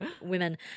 women